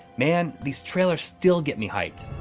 man, these trailers still get me hyped.